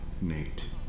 Nate